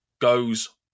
goes